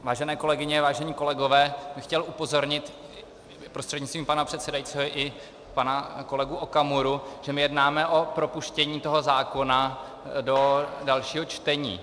Vážené kolegyně, vážení kolegové, já bych chtěl upozornit prostřednictvím pana předsedajícího i pana kolegu Okamuru, že my jednáme o propuštění toho zákona do dalšího čtení.